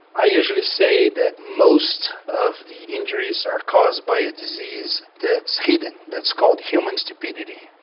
i usually say that most of the injuries are caused by a disease that's hidden, that's called human stupidity.